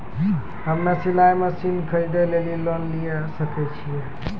हम्मे सिलाई मसीन खरीदे लेली लोन लिये सकय छियै?